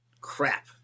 Crap